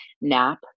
nap